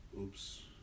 oops